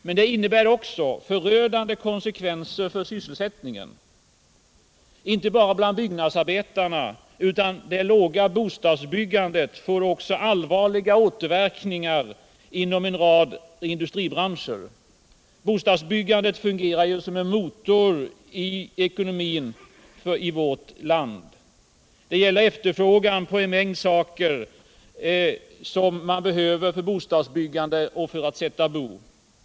Men det innebär också förödande konsekvenser för sysselsättningen inte bara bland byggnadsarbetarna, utan det låga bostadsbyggandet får också allvarliga återverkningar inom en rad industribranscher. Bostadsbyggandet fungerar ju som en motor för ekonomin i vårt land. Det gäller efterfrågan på en mängd saker som man behöver för bostadsbyggande och för att sätta bo.